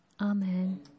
Amen